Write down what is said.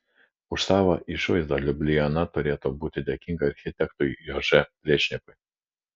už savo išvaizdą liubliana turėtų būti dėkinga architektui jože plečnikui